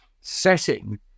setting